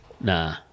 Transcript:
Nah